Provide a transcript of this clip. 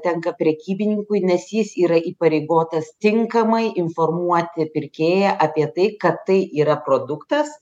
tenka prekybininkui nes jis yra įpareigotas tinkamai informuoti pirkėją apie tai kad tai yra produktas